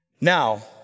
Now